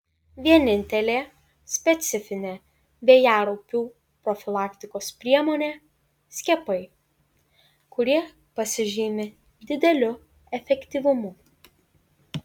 vienintelė specifinė vėjaraupių profilaktikos priemonė skiepai kurie pasižymi dideliu efektyvumu